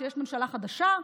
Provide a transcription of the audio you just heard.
כשיש ממשלה חדשה,